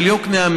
של יקנעם,